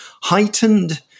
heightened